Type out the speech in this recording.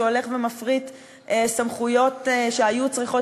שהולך ומפריט סמכויות שהיו צריכות